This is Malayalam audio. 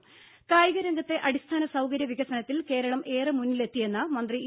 ദ്ദേ കായിക രംഗത്തെ അടിസ്ഥാന സൌകര്യ വികസനത്തിൽ കേരളം ഏറെ മുന്നിലെത്തിയെന്ന് മന്ത്രി ഇ